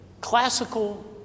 Classical